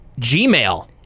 Gmail